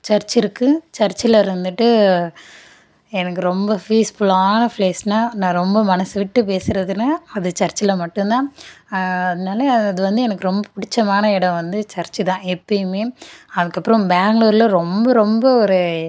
search இருக்கு சர்ச்சில் இருந்துகிட்டு எனக்கு ரொம்ப பீஸ்ஃபுல்லான பிளேஸ்னா நான் ரொம்ப மனசு விட்டு பேசுறதுன்னா அது சர்ச்சில் மட்டும் தான் அதனால் அது வந்து எனக்கு ரொம்ப பிடிச்சமான இடம் வந்து சர்ச்சு தான் எப்போயுமே அதற்கப்றம் பெங்ளூர்ல ரொம்ப ரொம்ப ஒரு